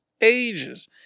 Ages